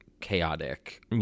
chaotic